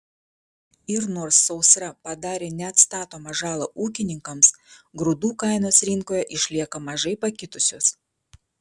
ir nors sausra padarė neatstatomą žalą ūkininkams grūdų kainos rinkoje išlieka mažai pakitusios